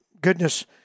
goodness